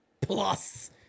plus